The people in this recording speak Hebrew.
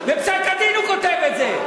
בפסק-הדין הוא כותב את זה.